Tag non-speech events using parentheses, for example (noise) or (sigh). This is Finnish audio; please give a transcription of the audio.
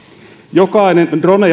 jokainen dronea (unintelligible)